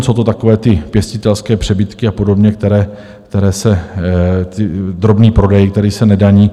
Jsou to takové ty pěstitelské přebytky a podobně, drobný prodej, který se nedaní.